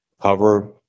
cover